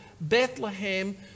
Bethlehem